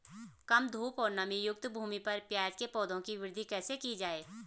कम धूप और नमीयुक्त भूमि पर प्याज़ के पौधों की वृद्धि कैसे की जाए?